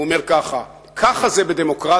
הוא אומר ככה: ככה זה בדמוקרטיה,